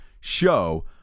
show